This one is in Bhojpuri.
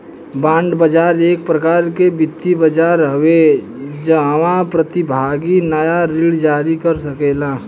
बांड बाजार एक प्रकार के वित्तीय बाजार हवे जाहवा प्रतिभागी नाया ऋण जारी कर सकेला